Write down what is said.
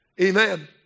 Amen